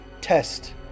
test